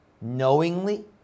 knowingly